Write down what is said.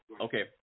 Okay